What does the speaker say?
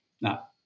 Now